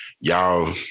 y'all